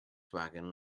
wagon